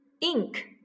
ink